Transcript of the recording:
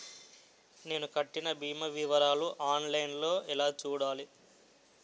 నేను కట్టిన భీమా వివరాలు ఆన్ లైన్ లో ఎలా చూడాలి?